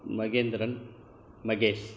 Mahendran Mahesh